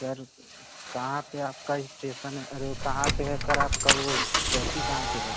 sir कहाँ पर आपका स्टेसन है और वो कहाँ पर है सर आपका वो चौकी कहाँ पर है